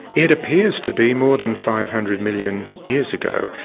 it appears to be more than five hundred million years ago,